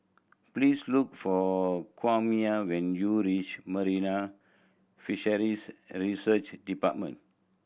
please look for Kwame when you reach Marine Fisheries Research Department